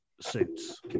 suits